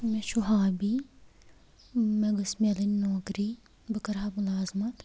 مےٚ چھُ ہابی مےٚ گٔژھ میلٕنۍ نوکری بہٕ کَرہا مُلازمَت